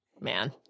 Man